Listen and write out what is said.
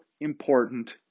important